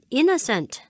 innocent